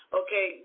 okay